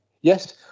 Yes